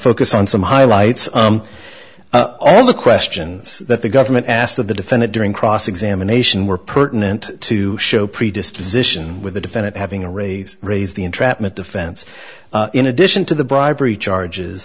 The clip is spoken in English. focus on some highlights all the questions that the government asked of the defendant during cross examination were pertinent to show predisposition with the defendant having a raise raise the entrapment defense in addition to the bribery charges